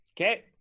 Okay